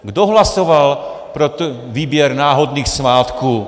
Kdo hlasoval pro výběr náhodných svátků?